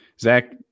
Zach